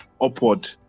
upward